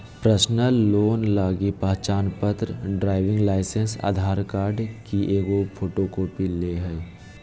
personal loan लगी पहचानपत्र, driving licence, Aadhaar card की एगो फोटोकॉपी ले हइ